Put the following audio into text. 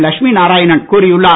லட்சுமி நாராயணன் கூறியுள்ளார்